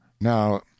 now